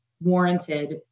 warranted